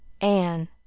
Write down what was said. Anne